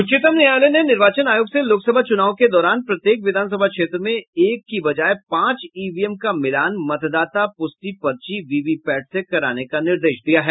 उच्चतम न्यायालय ने निर्वाचन आयोग से लोकसभा चूनाव के दौरान प्रत्येक विधानसभा क्षेत्र में एक की बजाय पांच ईवीएम का मिलान मतदाता प्रष्टि पर्ची वीवीपैट से कराने का निर्देश दिया है